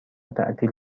تعطیل